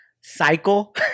cycle